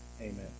Amen